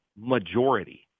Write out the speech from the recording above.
majority